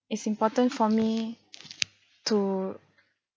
it's important for me to